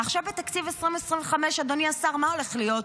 ועכשיו, בתקציב 2025, אדוני השר, מה הולך להיות?